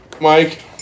Mike